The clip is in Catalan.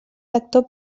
lector